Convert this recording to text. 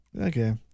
Okay